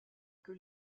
que